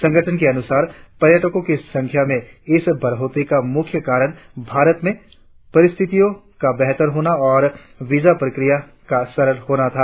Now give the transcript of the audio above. संगठन के अनुसार पर्यटको की संख्या में इस बढ़ोतरी का मुख्य कारण भारत में परिस्थितियो का बेहतर होना और वींजा प्रक्रिया का सरल होना था